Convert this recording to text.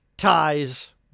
Ties